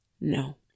No